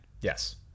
Yes